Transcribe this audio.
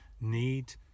need